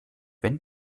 wenn